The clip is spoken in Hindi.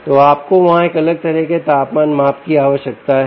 तो आपको वहां एक अलग तरह के तापमान माप की आवश्यकता है